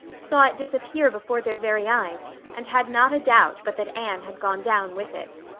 saw it disappear before their very eyes and had not a doubt but that anne had gone down with it.